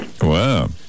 Wow